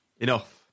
Enough